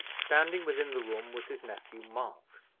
standing within the room was his nephew mark.